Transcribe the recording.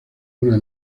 una